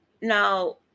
Now